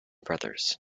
brothers